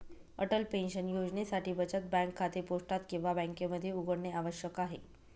Atal pension योजनेसाठी बचत bank खाते पोस्टात किंवा बँकेमध्ये उघडणे आवश्यक आहे